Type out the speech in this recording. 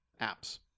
Apps